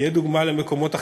תהיה דוגמה למקומות אחרים.